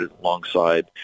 alongside